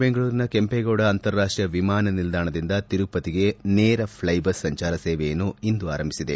ಬೆಂಗಳೂರಿನ ಕೆಂಪೇಗೌಡ ಅಂತಾರಾಷ್ಷೀಯ ವಿಮಾನ ನಿಲ್ದಾಣದಿಂದ ತಿರುಪತಿಗೆ ನೇರ ಫ್ಲೈ ಬಸ್ ಸಂಚಾರ ಸೇವೆಯನ್ನು ಇಂದು ಆರಂಭಿಸಿದೆ